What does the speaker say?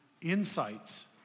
insights